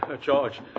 George